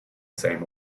same